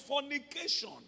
fornication